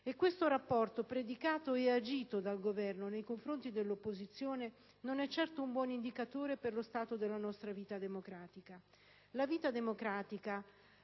questo rapporto predicato e agito dal Governo nei confronti dell'opposizione non è certo un buon indicatore per lo stato della nostra vita democratica. La vita democratica,